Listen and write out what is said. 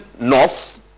north